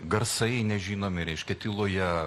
garsai nežinomi reiškia tyloje